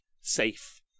safe